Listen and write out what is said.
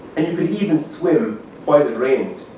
and you could even swim while it rained.